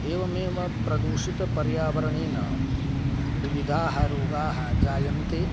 एवमेव प्रदूषितपर्यावरणेन विविधाः रोगाः जायन्ते